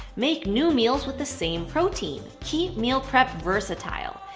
make new meals with the same protein. keep meal prep versatile.